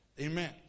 Amen